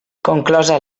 conclosa